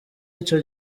ico